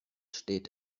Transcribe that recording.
steht